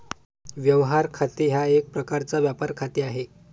व्यवहार खाते हा एक प्रकारचा व्यापार खाते आहे